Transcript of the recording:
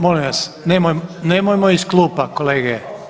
Molim vas, nemojmo iz klupa kolege!